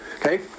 Okay